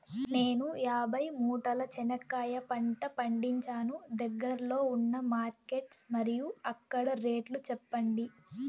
నేను యాభై మూటల చెనక్కాయ పంట పండించాను దగ్గర్లో ఉన్న మార్కెట్స్ మరియు అక్కడ రేట్లు చెప్పండి?